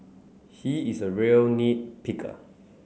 he is a real nit picker